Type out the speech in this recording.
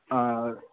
अँ